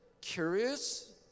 curious